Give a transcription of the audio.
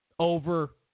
over